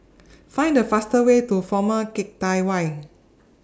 Find The faster Way to Former Keng Teck Whay